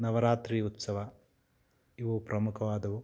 ನವರಾತ್ರಿ ಉತ್ಸವ ಇವು ಪ್ರಮುಖವಾದವು